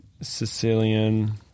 Sicilian